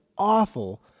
awful